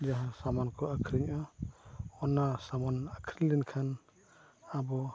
ᱡᱟᱦᱟᱸ ᱥᱟᱢᱟᱱ ᱠᱚ ᱟᱹᱠᱷᱨᱤᱧᱮᱜᱼᱟ ᱚᱱᱟ ᱥᱟᱢᱟᱱ ᱟᱹᱠᱷᱨᱤᱧ ᱞᱮᱱᱠᱷᱟᱱ ᱟᱵᱚ